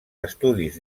estudis